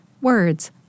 words